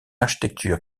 architecture